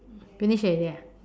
finish already ah